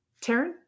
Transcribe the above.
Taryn